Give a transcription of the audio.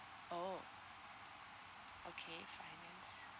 oh okay finance